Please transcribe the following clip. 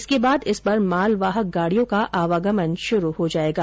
इसके बाद इस पर मालवाहक गाड़ियों का आवागमन शुरू हो जाएगा